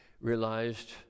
realized